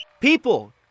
People